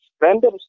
random